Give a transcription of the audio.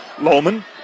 Loman